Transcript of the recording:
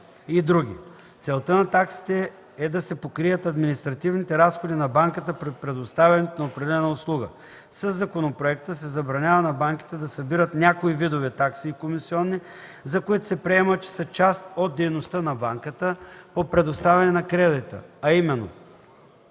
и др.) Целта на таксите е да се покрият административните разходи на банката при предоставяне на определена услуга. Със законопроекта се забранява на банките да събират някои видове такси и комисиони, за които се приема, че са част от дейността на банката по предоставяне на кредита, а именно